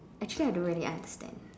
actually I don't really understand